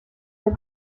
der